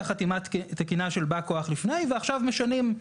חתימה תקינה של בא כוח לפני ועכשיו משנים.